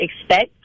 expect